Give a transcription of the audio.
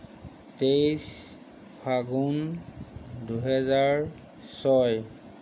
তেইছ ফাগুণ দুহেজাৰ ছয়